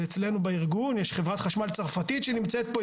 אצלנו בארגון יש חברת חשמל צרפתית שנמצאת פה,